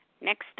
Next